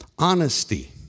Honesty